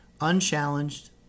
Unchallenged